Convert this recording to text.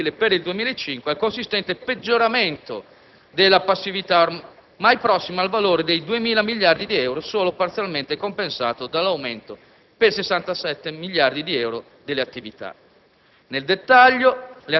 peggioramento ascrivibile, per il 2005, al consistente peggioramento della passività, ormai prossima al valore dei 2.000 miliardi di euro, solo parzialmente compensato dall'aumento per 67 miliardi di euro delle attività.